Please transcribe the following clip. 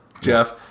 Jeff